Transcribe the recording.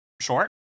short